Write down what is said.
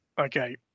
Okay